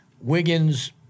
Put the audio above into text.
Wiggins